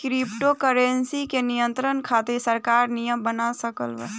crypto currency के नियंत्रण खातिर सरकार नियम बना रहल बा